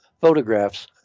photographs